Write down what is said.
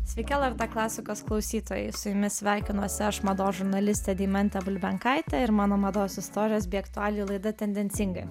sveiki lrt klasikos klausytojai su jumis sveikinuosi aš mados žurnalistė deimantė bulbenkaitė ir mano mados istorijos bei aktualijų laida tendencingai